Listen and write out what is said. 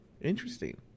Interesting